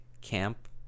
camp